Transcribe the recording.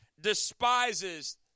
despises